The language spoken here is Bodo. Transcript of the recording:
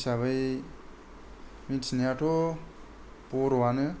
हिसाबै मिथिनायाथ' बर'वानो